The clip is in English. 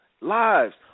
lives